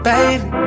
Baby